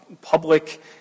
public